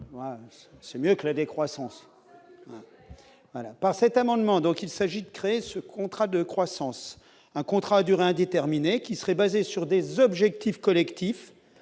n'est que la décroissance. Par cet amendement, donc il s'agit de créer ce contrat de croissance, un contrat à durée indéterminée qui serait basé sur des objectifs collectifs